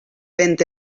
vent